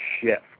shift